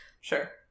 Sure